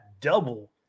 double